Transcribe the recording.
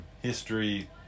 history